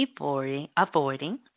avoiding